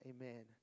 Amen